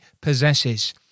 possesses